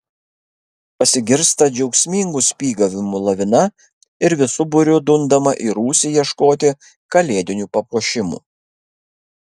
pasigirsta džiaugsmingų spygavimų lavina ir visu būriu dundama į rūsį ieškoti kalėdinių papuošimų